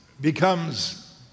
becomes